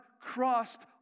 crossed